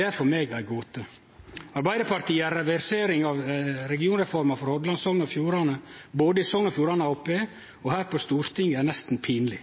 er for meg ei gåte. Arbeidarpartiets reversering av regionreforma for Hordaland og Sogn og Fjordane, både i Sogn og Fjordane Arbeidarparti og her på Stortinget, er nesten pinleg.